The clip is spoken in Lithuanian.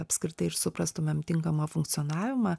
apskritai ir suprastumėm tinkamą funkcionavimą